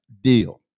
deal